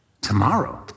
tomorrow